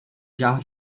jarro